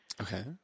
okay